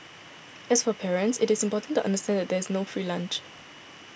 as for parents it is important to understand that there is no free lunch